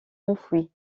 enfouis